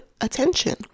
attention